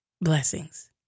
Blessings